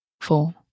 four